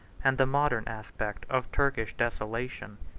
and the modern aspect of turkish desolation.